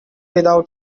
without